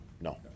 No